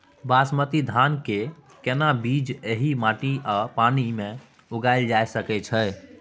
बासमती धान के केना बीज एहि माटी आ पानी मे उगायल जा सकै छै?